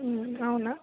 అవునా